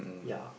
ya